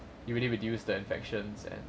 it really reduced the infections and